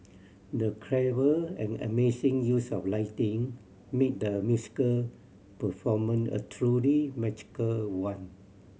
the clever and amazing use of lighting made the musical performance a truly magical one